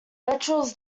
ventrals